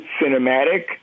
cinematic